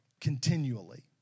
continually